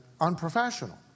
unprofessional